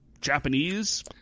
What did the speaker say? japanese